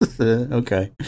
okay